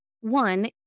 one